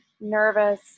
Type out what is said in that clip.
nervous